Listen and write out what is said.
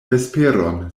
vesperon